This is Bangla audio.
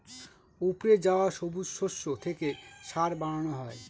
উপড়ে যাওয়া সবুজ শস্য থেকে সার বানানো হয়